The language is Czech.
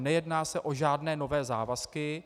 Nejedná se o žádné nové závazky.